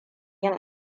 yin